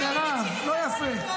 באמת מירב, לא יפה.